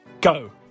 Go